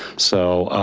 so,